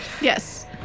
Yes